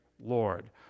Lord